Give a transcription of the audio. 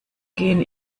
gehen